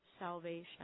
salvation